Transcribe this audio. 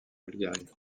bulgarie